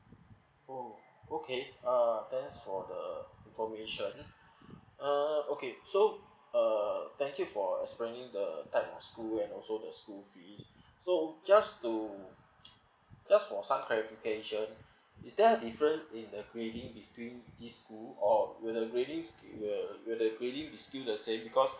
oh okay uh thanks for the information uh okay so uh thank you for explaining the type of school and also the school fees so just to just for some clarification is there a different in uh grading between this school or will the grading will the grading be still the same because